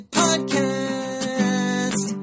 podcast